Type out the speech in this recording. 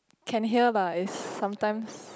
can hear lah is sometimes